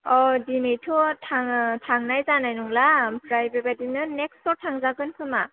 दिनैथ' थां थांनाय जानाय नंला ओमफ्राय बेबायदिनो नेक्स्टआव थांजागोन खोमा